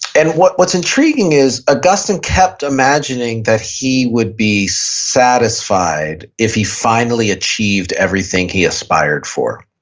and what's what's intriguing is augustine kept imagining that he would be satisfied if he finally achieved everything he aspired for.